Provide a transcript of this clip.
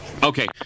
Okay